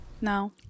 No